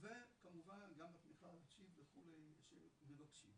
וכמובן גם התמיכה הנפשית וכו' שמבקשים.